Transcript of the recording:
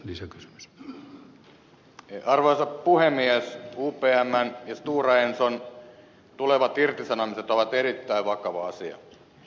upmn ja stora enson tulevat irtisanomiset ovat erittäin vakava asia